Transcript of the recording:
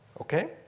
Okay